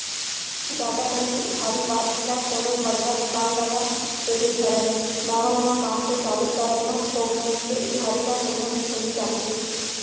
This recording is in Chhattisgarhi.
जादा कन के उधारी बाड़ही ल कोनो बड़का दुकानदार ह सेहे धरय नवा नवा काम के चालू करब म थोक बहुत के उधारी ल कोनो भी सहि जाथे